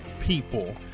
people